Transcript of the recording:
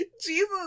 Jesus